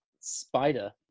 Spider